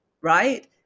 Right